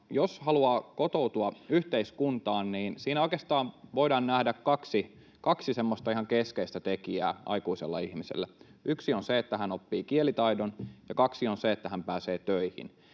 Jos haluaa kotoutua yhteiskuntaan, niin siinä oikeastaan voidaan nähdä aikuisella ihmisellä kaksi semmoista ihan keskeistä tekijää: yksi on se, että hän oppii kielitaidon, ja kaksi on se, että hän pääsee töihin.